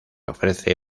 ofrece